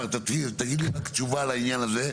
תשובה לעניין הזה,